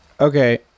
Okay